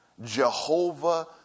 Jehovah